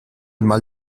mal